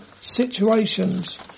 situations